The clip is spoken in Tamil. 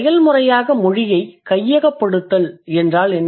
செயல்முறையாக மொழியைக் கையகப்படுத்தல் என்றால் என்ன